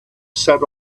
sat